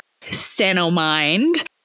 Sanomind